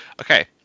Okay